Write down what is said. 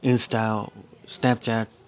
Insta snapchat